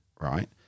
right